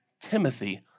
Timothy